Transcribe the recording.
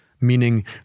meaning